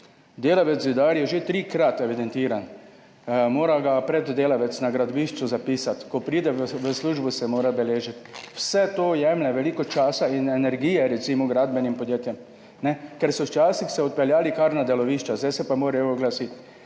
Delavec zidar je že trikrat evidentiran, mora ga preddelavec na gradbišču zapisati, ko pride v službo, se mora beležiti. Vse to jemlje veliko časa in energije recimo gradbenim podjetjem, ker so se včasih odpeljali kar na delovišča, zdaj se pa morajo oglasiti